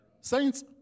Saints